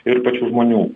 ir pačių žmonių